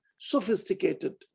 sophisticated